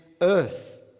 earth